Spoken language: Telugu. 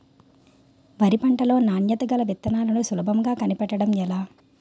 వరి పంట లో నాణ్యత గల విత్తనాలను సులభంగా కనిపెట్టడం ఎలా?